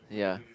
ya